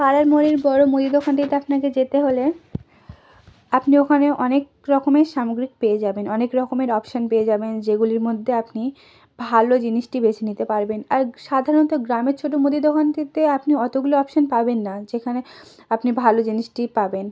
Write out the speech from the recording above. পাড়ার মোড়ের বড়ো মুদির দোকানটিতে আপনাকে যেতে হলে আপনি ওখানে অনেক রকমের সামগ্রী পেয়ে যাবেন অনেক রকমের অপশান পেয়ে যাবেন যেগুলির মধ্যে আপনি ভালো জিনিসটি বেছে নিতে পারবেন আর সাধারণত গ্রামের ছোটো মুদি দোকানটিতে আপনি অতগুলো অপশান পাবেন না যেখানে আপনি ভালো জিনিসটি পাবেন